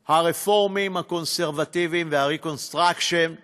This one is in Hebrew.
הרפורמים, הקונסרבטיבים וה-reconstructionists